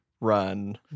Run